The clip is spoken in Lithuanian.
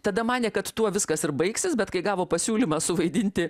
tada manė kad tuo viskas ir baigsis bet kai gavo pasiūlymą suvaidinti